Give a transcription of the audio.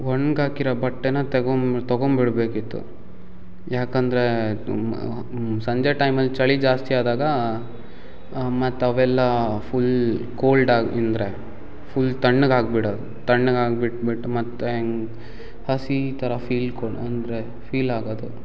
ಒಣ್ಗಾಕಿರೊ ಬಟ್ಟೆನ ತಗೊಂಡು ತಗೊಂಬಿಡಬೇಕಿತ್ತು ಯಾಕಂದರೆ ಸಂಜೆ ಟೈಮಲ್ಲಿ ಚಳಿ ಜಾಸ್ತಿ ಆದಾಗ ಮತ್ತೆ ಅವೆಲ್ಲಾ ಫುಲ್ ಕೋಲ್ಡ್ ಆಗಿಂದ್ರೆ ಫುಲ್ ತಣ್ಣಗಾಗ್ಬಿಡೋದು ತಣ್ಣಗಾಗ್ಬಿಟ್ಟು ಬಿಟ್ಟು ಮತ್ತು ಹೆಂಗೆ ಹಸಿ ಥರ ಫೀಲ್ ಕೊಡ್ ಅಂದರೆ ಫೀಲ್ ಆಗೋದು